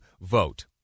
vote